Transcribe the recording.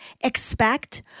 expect